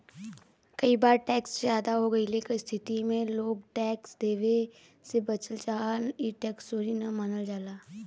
कई बार टैक्स जादा हो गइले क स्थिति में लोग टैक्स देवे से बचल चाहन ई टैक्स चोरी न मानल जाला